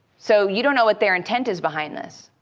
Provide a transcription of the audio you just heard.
so you don't know what their intent is behind this.